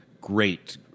great